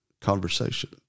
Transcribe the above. conversation